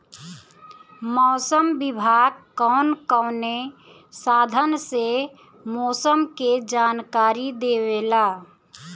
मौसम विभाग कौन कौने साधन से मोसम के जानकारी देवेला?